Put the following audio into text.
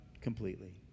completely